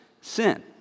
sin